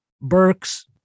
Burks